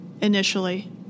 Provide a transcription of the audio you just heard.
initially